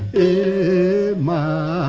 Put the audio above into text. a